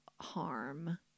harm